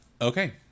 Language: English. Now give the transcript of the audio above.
Okay